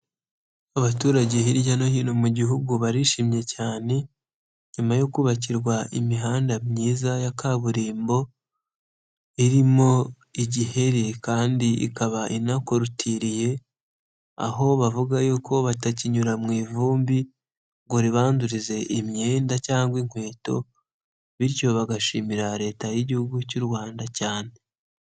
Abaturage hirya no hino mu gihugu barishimye cyane nyuma yo kubakirwa imihanda myiza ya kaburimbo irimo igiheri kandi ikaba inakorutiriye, aho bavuga yuko batakinyura mu ivumbi ngo ribandurize imyenda cyangwa inkweto bityo bagashimira leta y'igihugu cy'u Rwanda cyane.